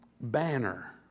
Banner